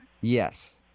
Yes